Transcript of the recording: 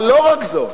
אבל לא רק זאת,